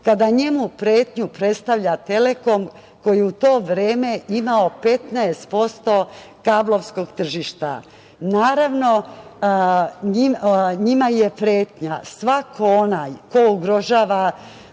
kada njemu pretnju predstavlja Telekom koji je u to vreme imao 15% kablovskog tržišta. Naravno, njima je pretnja svako onaj ko ugrožava